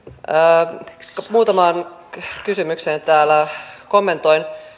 muutamaan kysymykseen täällä kommentoin